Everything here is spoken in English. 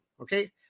Okay